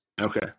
Okay